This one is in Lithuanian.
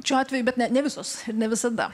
šiuo atveju bet ne ne visos ir ne visada